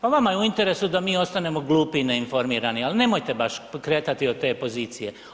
Pa vama je u interesu da mi ostanemo glupi i ne informirani, ali nemojte baš kretati od te pozicije.